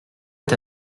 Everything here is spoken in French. est